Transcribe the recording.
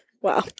Wow